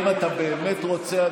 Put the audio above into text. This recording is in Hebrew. אם אתה באמת רוצה,